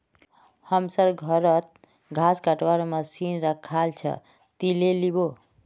हमसर घरत घास कटवार मशीन रखाल छ, ती ले लिबो